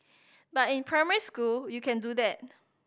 but in primary school you can do that